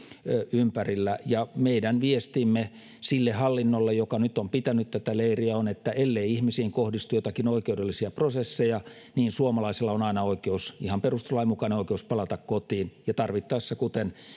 ympärillä meidän viestimme sille hallinnolle joka nyt on pitänyt tätä leiriä on että ellei ihmisiin kohdistu joitakin oikeudellisia prosesseja niin suomalaisilla on aina oikeus ihan perustuslain mukainen oikeus palata kotiin tarvittaessa kuten